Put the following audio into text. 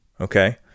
okay